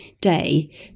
day